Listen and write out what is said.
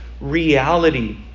reality